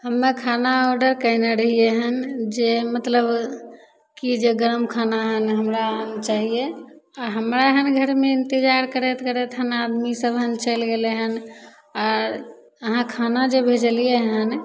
हमे खाना ऑडर कएने रहिए हँ जे मतलब कि जे गरम खाना हमरा चाहिए आओर हमरा हँ घरमे इन्तजार करैत करैत खाना आदमीसभ चलि गेलै हँ आओर अहाँ खाना जे भेजलिए हँ